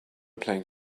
playing